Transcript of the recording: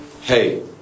hey